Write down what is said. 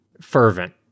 fervent